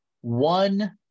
one